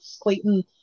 Clayton